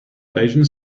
asians